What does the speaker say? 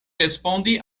respondi